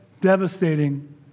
devastating